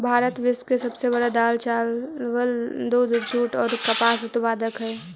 भारत विश्व के सब से बड़ा दाल, चावल, दूध, जुट और कपास उत्पादक हई